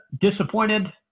disappointed